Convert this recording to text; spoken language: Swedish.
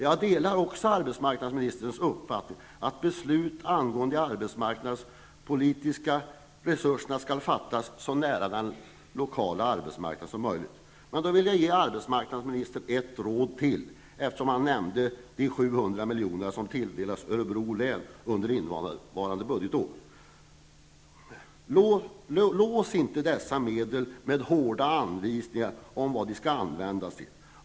Jag delar arbetsmarknadsministerns uppfattning att beslut angående de arbetsmarknadspolitiska resurserna skall fattas så nära den lokala arbetsmarknaden som möjligt. Men då vill jag ge arbetsmarknadsministern ett råd till, eftersom han nämnde de 700 miljoner som tilldelats Örebro län under innevarande budgetår. Lås inte dessa medel med hårda anvisningar om vad de skall användas till!